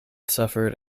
suffered